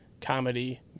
comedy